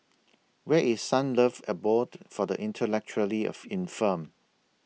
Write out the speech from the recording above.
Where IS Sunlove Abode For The Intellectually of Infirmed